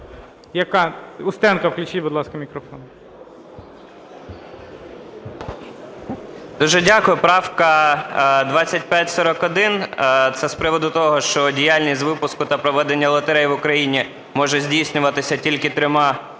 Дуже дякую. Правка 2541 це з приводу того, що діяльність з випуску та проведення лотерей в Україні може здійснюватися тільки трьома